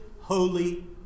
holy